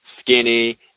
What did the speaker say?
Skinny